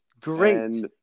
Great